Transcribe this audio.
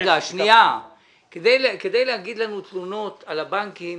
כדי להגיד לנו תלונות על הבנקים